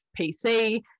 PC